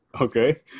Okay